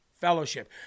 fellowship